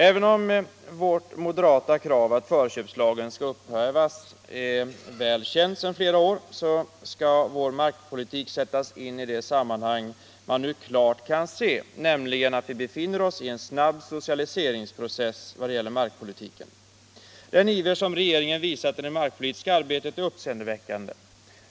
Även om vårt moderata krav, att förköpslagen skall upphävas, är väl känt sedan flera år så skall vår markpolitik sättas in i det sammanhang man nu klart kan se, nämligen att vi befinner oss i en snabb socialiseringsprocess vad gäller markpolitiken. Den iver som regeringen visat i det markpolitiska arbetet är uppseendeväckande.